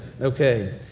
Okay